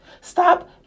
Stop